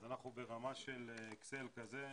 אז אנחנו ברמה של אקסל כזה,